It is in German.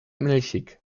milchig